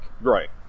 Right